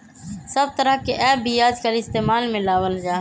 सब तरह के ऐप भी आजकल इस्तेमाल में लावल जाहई